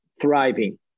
thriving